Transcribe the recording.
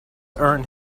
earned